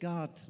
God